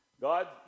God